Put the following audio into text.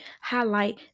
highlight